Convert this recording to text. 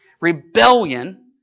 rebellion